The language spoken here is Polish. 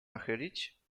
nachylić